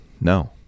No